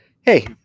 Hey